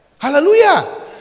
Hallelujah